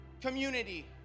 community